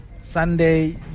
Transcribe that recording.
Sunday